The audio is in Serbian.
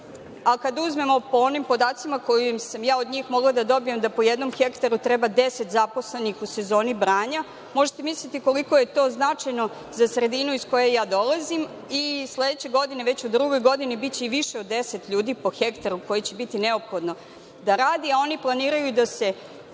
Kada uzmemo po onim podacima koje sam ja od njih mogla da dobijem, da po jednom hektaru treba deset zaposlenih u sezoni branja, možete misliti koliko je to značajno za sredinu iz koje ja dolazim. Sledeće godine već u drugoj godini biće i više od 10 ljudi po hektaru koji će biti neophodni da rade, a oni planiraju i da se